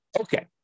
Okay